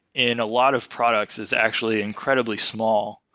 in a lot of products is actually incredibly small.